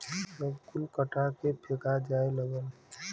सब कुल कटा के फेका जाए लगल